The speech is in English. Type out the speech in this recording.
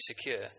secure